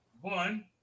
One